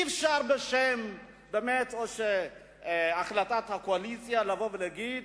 אי-אפשר, בשם החלטת הקואליציה, לבוא ולהגיד,